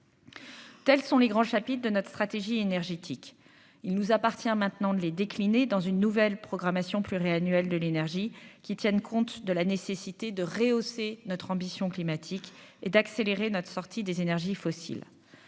Tels sont les grands chapitres de notre stratégie énergétique, il nous appartient maintenant de les décliner dans une nouvelle programmation pluriannuelle de l'énergie qui tiennent compte de la nécessité de rehausser notre ambition climatique et d'accélérer notre sortie des énergies fossiles,